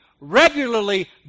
regularly